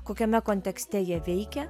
kokiame kontekste jie veikia